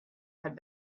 had